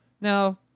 Now